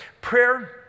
Prayer